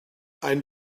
ein